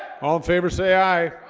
all in favor say aye